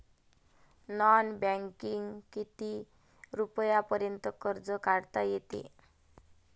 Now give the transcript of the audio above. Non बँकिंगनं किती रुपयापर्यंत कर्ज काढता येते?